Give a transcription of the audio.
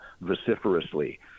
vociferously